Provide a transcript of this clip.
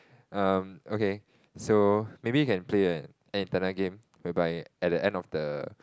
um okay so maybe we can play a an internal game whereby at the end of the